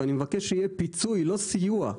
ואני מבקש שיהיה פיצוי ולא סיוע.